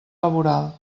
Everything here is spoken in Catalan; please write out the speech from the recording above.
laboral